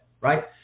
right